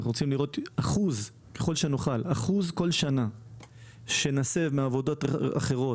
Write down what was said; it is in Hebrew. אנחנו רוצים כל שנה להסב אחוז כלשהו מעבודות אחרות,